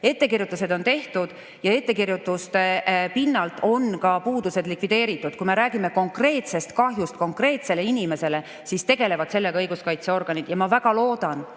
Ettekirjutused on tehtud ja ettekirjutuste pinnalt on ka puudused likvideeritud. Kui me räägime konkreetsest kahjust konkreetsele inimesele, siis selle [selgitamisega] tegelevad õiguskaitseorganid. Ma väga loodan,